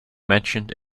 mentioned